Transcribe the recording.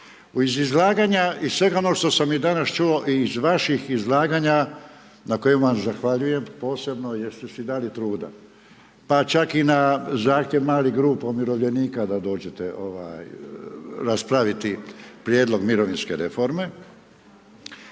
Iz izlaganja iz svega onoga što sam danas čuo i iz vaših izlaganja na kojima vam zahvaljujem posebno jer ste si dali truda, pa čak i na zahtjev malih grupa umirovljenika da dođete raspraviti prijedlog mirovinske reforme,